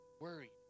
worried